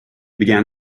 began